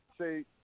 say